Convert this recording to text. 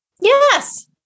yes